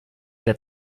that